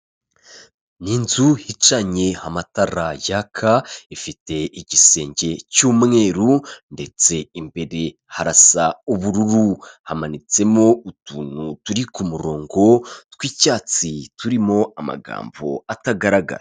Ni inzu icanye amatara yaka, ifite igisenge cy'umweru ndetse imbere harasa ubururu hamanitsemo utuntu turi ku murongo tw'icyatsi turimo amagambo atagaragara.